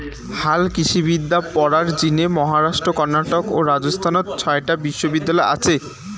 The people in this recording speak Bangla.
হালকৃষিবিদ্যা পড়ার জিনে মহারাষ্ট্র, কর্ণাটক ও রাজস্থানত ছয়টা বিশ্ববিদ্যালয় আচে